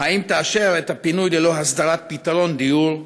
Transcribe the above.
2. האם תאשר את הפינוי ללא הסדרת פתרון דיור?